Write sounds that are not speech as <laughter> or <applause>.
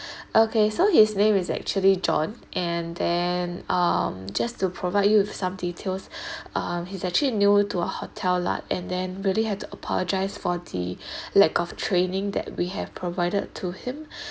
<breath> okay so his name is actually john and then um just to provide you with some details <breath> um he's actually new to a hotel lah and then really had apologised for the <breath> lack of training that we have provided to him <breath>